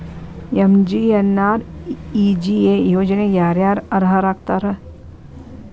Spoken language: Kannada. ಎಂ.ಜಿ.ಎನ್.ಆರ್.ಇ.ಜಿ.ಎ ಯೋಜನೆಗೆ ಯಾರ ಯಾರು ಅರ್ಹರು ಆಗ್ತಾರ?